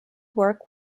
work